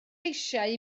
eisiau